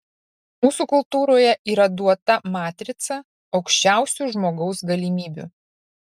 mūsų kultūroje yra duota matrica aukščiausių žmogaus galimybių